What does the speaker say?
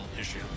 issue